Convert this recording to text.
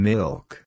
Milk